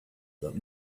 that